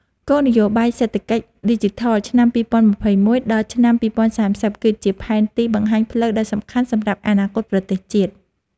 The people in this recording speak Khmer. គោលនយោបាយសេដ្ឋកិច្ចឌីជីថលឆ្នាំ ២០២១ ដល់ឆ្នាំ ២០៣០គឺជាផែនទីបង្ហាញផ្លូវដ៏សំខាន់សម្រាប់អនាគតប្រទេសជាតិ។